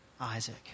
Isaac